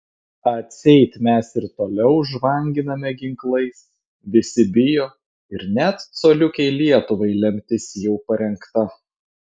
atseit mes ir toliau žvanginame ginklais visi bijo ir net coliukei lietuvai lemtis jau parengta